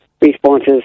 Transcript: responses